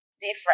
different